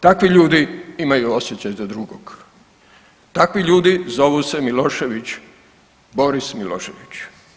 Takvi ljudi imaju osjećaj za drugog, takvi ljudi zovu se Milošević, Boris Milošević.